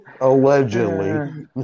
Allegedly